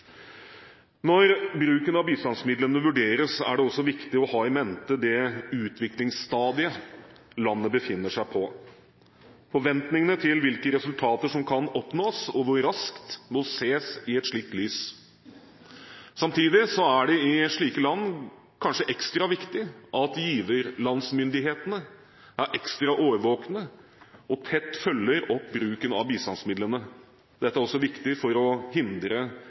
Når bruken av bistandsmidlene vurderes, er det også viktig å ha i mente det utviklingsstadiet landet befinner seg på. Forventningene til hvilke resultater som kan oppnås og hvor raskt, må ses i et slikt lys. Samtidig er det i slike land kanskje ekstra viktig at giverlandsmyndighetene er ekstra årvåkne og tett følger opp bruken av bistandsmidlene. Dette er også viktig for å hindre